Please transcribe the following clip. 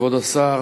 כבוד השר,